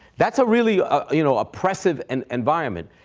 that's a really ah you know oppressive and environment,